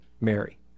Mary